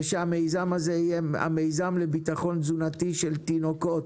ושהמיזם הזה יהיה המיזם לביטחון תזונתי של תינוקות,